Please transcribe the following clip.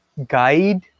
guide